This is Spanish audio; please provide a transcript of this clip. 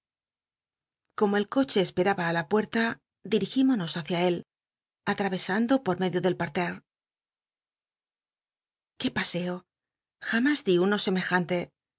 como el coche esperaba i la puerta dirigirnonos húcia él atraresanclo por medio del partenc qué paseo jnmüs di uno semejante